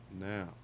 Now